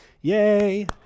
Yay